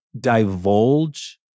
divulge